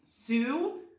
zoo